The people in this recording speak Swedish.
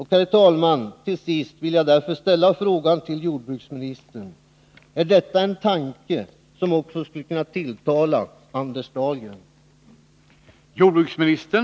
Herr talman! Till sist vill jag därför ställa frågan till jordbruksministern: Är detta en tanke som också skulle kunna tilltala Anders Dahlgren?